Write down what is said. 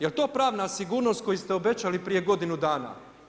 Jel' pravna sigurnost koju ste obećali prije godinu dana?